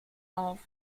auf